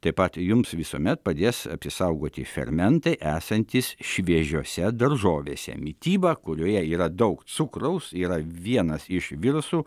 taip pat jums visuomet padės apsisaugoti fermentai esantys šviežiose daržovėse mityba kurioje yra daug cukraus yra vienas iš virusų